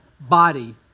body